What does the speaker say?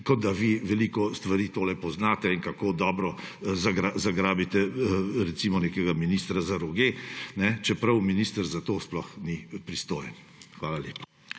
kot da vi veliko stvari poznate in kako dobro zagrabite, recimo, nekega ministra za roge, čeprav minister za to sploh ni pristojen. Hvala lepa.